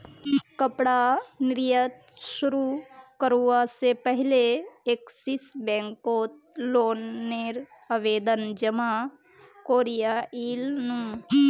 कपड़ा निर्यात शुरू करवा से पहले एक्सिस बैंक कोत लोन नेर आवेदन जमा कोरयांईल नू